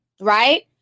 right